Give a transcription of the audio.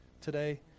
today